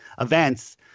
events